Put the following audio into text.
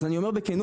אז אני אומר בכנות,